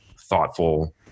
thoughtful